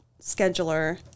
scheduler